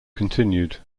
continued